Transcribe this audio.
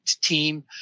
team